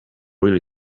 really